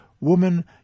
Woman